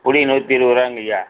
புளி நூற்றி இருபது ருபாங்கய்யா